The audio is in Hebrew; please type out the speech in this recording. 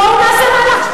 בואו נעשה מהלך,